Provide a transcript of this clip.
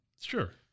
Sure